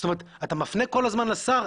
זאת אומרת אתה מפנה כל הזמן לשר,